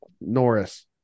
norris